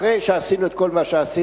אחרי שעשינו את כל מה שעשינו,